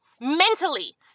Mentally